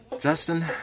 Justin